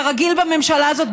כרגיל בממשלה הזאת,